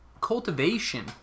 Cultivation